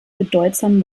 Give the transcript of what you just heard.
bedeutsamen